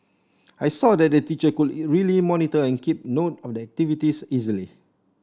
I saw that the teacher could really monitor and keep note of the activities easily